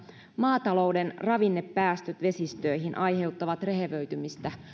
maatalouden ravinnepäästöt vesistöihin aiheuttavat rehevöitymistä